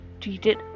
treated